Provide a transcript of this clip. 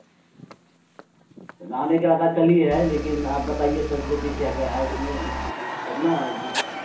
آنے کا ارادہ کر لیے ہے لیکن آپ بتائیے فیسلٹی کیا کیا ہے اس میں تب نا کچھ